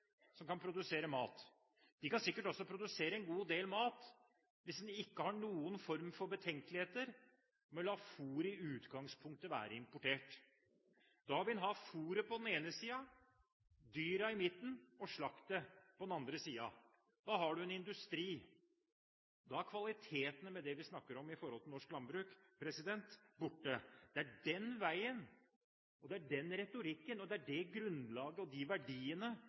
som kan produsere mat. De kan sikkert produsere en god del mat hvis en ikke har noen form for betenkeligheter med å la fôret i utgangspunktet være importert. Da ville en ha fôret på den ene siden, dyrene i midten og slaktet på den andre siden. Da har du en industri. Da er kvaliteten på det vi snakker om i norsk landbruk, borte. Det er den veien, den retorikken, det grunnlaget og de verdiene